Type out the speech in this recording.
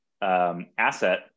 asset